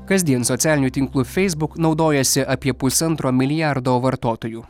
kasdien socialiniu tinklu facebook naudojasi apie pusantro milijardo vartotojų